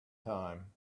time